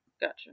Gotcha